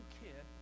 kid